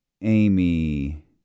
Amy